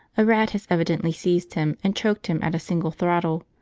a rat has evidently seized him and choked him at a single throttle,